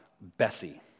Bessie